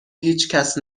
هیچکس